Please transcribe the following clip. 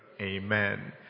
Amen